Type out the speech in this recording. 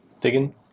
digging